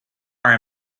are